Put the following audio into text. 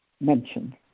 mentioned